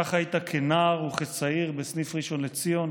כך היית כנער וכצעיר בסניף ראשון לציון,